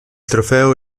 trofeo